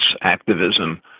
activism